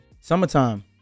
summertime